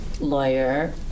lawyer